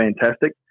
fantastic